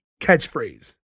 catchphrase